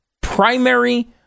primary